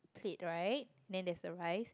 plate right then there's a rice